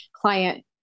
client